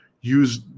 use